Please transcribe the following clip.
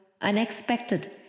unexpected